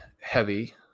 heavy